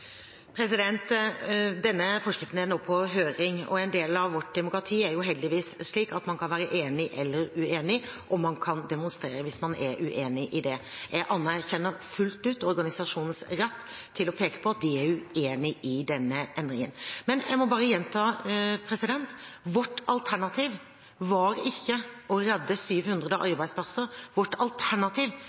Denne forskriften er nå på høring, og en del av vårt demokrati er heldigvis slik at man kan være enig eller uenig, og man kan demonstrere hvis man er uenig. Jeg anerkjenner fullt ut organisasjonenes rett til å peke på at de er uenig i denne endringen. Men jeg må bare gjenta: Vårt alternativ var ikke å redde 700 arbeidsplasser, vårt alternativ